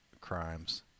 crimes